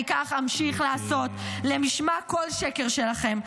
אני כך אמשיך לעשות למשמע כל שקר שלכם.